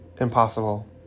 impossible